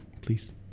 please